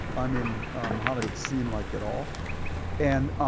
i mean mohammed had seen like it all and